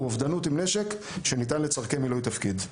הוא אובדנות עם נשק שניתן לצורכי מילוי תפקיד.